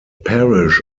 parish